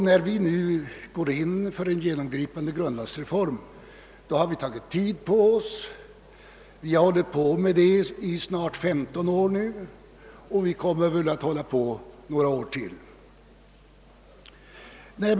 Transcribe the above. När vi nu ämnar företa en genomgripande grundlagsreform kan vi säga att vi tagit god tid på oss, ty arbetet har pågått i snart 15 år och kommer väl att fortsätta ytterligare några år.